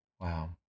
Wow